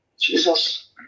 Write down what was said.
Jesus